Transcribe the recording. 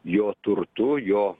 jo turtu jo